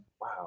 Wow